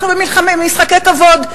אנחנו במשחקי כבוד.